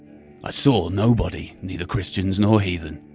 i saw nobody, neither christians nor heathen,